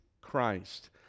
Christ